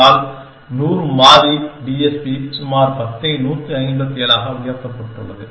ஆனால் 100 மாறி டிஎஸ்பி சுமார் 10ஐ 157 ஆக உயர்த்தப்பட்டுள்ளது